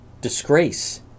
disgrace